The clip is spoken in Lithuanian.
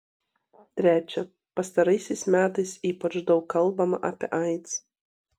trečia pastaraisiais metais ypač daug kalbama apie aids